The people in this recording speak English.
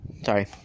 Sorry